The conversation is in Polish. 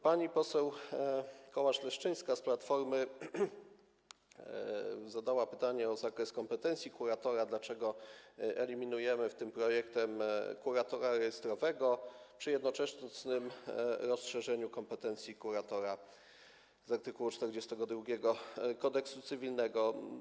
Pani poseł Kołacz-Leszczyńska z Platformy zadała pytanie o zakres kompetencji kuratora, dlaczego eliminujemy tym projektem kuratora rejestrowego przy jednoczesnym rozszerzeniu kompetencji kuratora z art. 42 Kodeksu cywilnego.